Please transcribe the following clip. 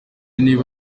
niba